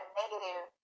negative